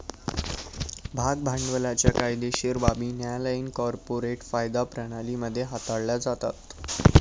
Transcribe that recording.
भाग भांडवलाच्या कायदेशीर बाबी न्यायालयीन कॉर्पोरेट कायदा प्रणाली मध्ये हाताळल्या जातात